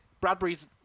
Bradbury's